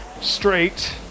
straight